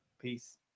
Peace